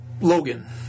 Logan